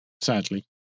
sadly